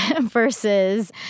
versus